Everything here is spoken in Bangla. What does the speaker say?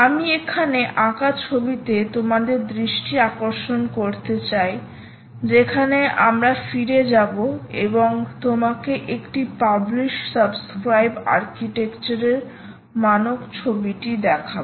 আমি এখানে আঁকা ছবিতে তোমাদের দৃষ্টি আকর্ষণ করতে চাই যেখানে আমরা ফিরে যাব এবং তোমাকে একটি পাবলিশ সাবস্ক্রাইব আর্কিটেকচার এর মানক ছবিটি দেখায়